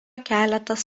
keletas